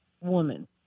woman